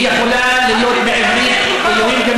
היא יכולה להיות בעברית "אלוהים גדול".